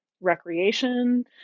recreation